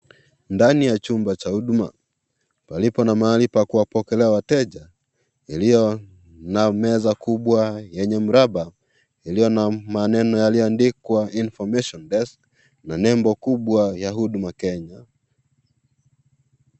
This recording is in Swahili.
Ndani ya chumba cha huduma palipo na mahali pa kuwapokelea wateja iliyo na meza kubwa yenye mraba iliyo na maneno yaliyoandikwa information desk nembo kubwa ya huduma Kenya.